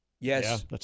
Yes